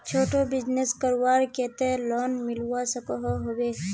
छोटो बिजनेस करवार केते लोन मिलवा सकोहो होबे?